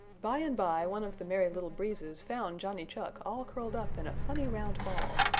by and by one of the merry little breezes found johnny chuck all curled up in a funny round ball.